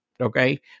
okay